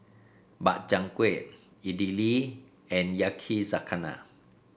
Makchang Gui Idili and Yakizakana